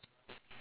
hello